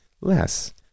Less